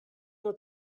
mehr